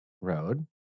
Road